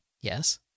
Yes